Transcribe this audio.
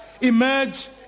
emerge